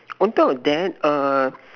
on top of that err